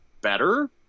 better